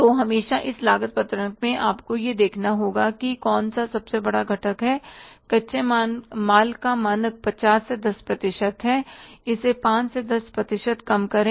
तो हमेशा इस लागत पत्रक में आपको यह देखना होगा कि कौन सा सबसे बड़ा घटक है कच्चे माल का मानक 50 से 60 प्रतिशत है इसे 5 से 10 प्रतिशत कम करें